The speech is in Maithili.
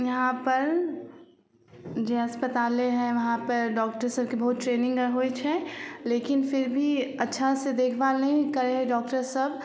यहाँपर जे अस्पताले हइ वहाँपर डाॅक्टरसभके बहुत ट्रेनिन्ग होइ छै लेकिन फिर भी अच्छासे देखभाल नहि करै हइ डाॅक्टरसभ